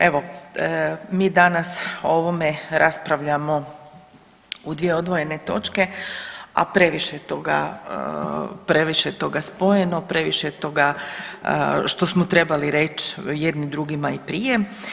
Evo, mi danas o ovome raspravljamo u dvije odvojene točke, a previše je toga spojeno, previše je toga što smo trebali reći jedni drugima i prije.